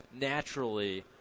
naturally